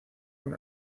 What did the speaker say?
con